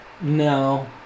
no